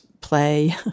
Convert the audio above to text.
play